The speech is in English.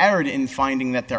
erred in finding that there